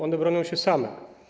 One obronią się same.